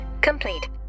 complete